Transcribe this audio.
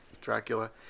Dracula